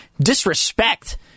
Disrespect